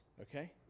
okay